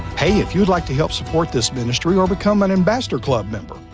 hey, if you would like to help support this ministry or become an ambassador club member,